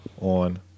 on